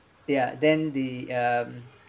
ya then the um